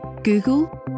google